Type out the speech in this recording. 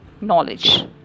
knowledge